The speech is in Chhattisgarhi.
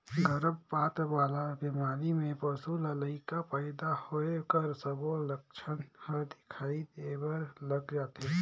गरभपात वाला बेमारी में पसू ल लइका पइदा होए कर सबो लक्छन हर दिखई देबर लग जाथे